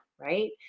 Right